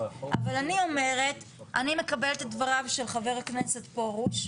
אבל אני אומרת אני מקבלת את דבריו של חבר הכנסת פרוש.